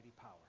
power